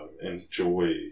enjoy